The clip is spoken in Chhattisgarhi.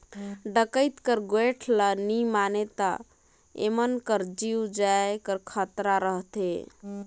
डकइत कर गोएठ ल नी मानें ता एमन कर जीव जाए कर खतरा रहथे